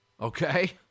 Okay